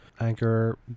Anchor